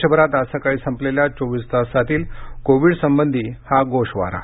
देशभरात आज सकाळी संपलेल्या चोवीस तासातील कोविडसंबधी हा गोषवारा